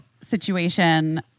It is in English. situation